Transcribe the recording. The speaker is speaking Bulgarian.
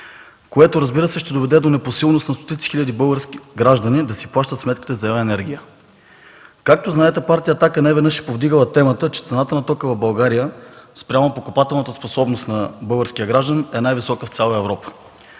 което, разбира се, ще доведе до непосилност за стотици хиляди български граждани да си плащат сметката за електроенергия. Както знаете, Партия „Атака” неведнъж е повдигала темата, че цената на тока в България спрямо покупателната способност на българския гражданин е най-висока в цяла Европа.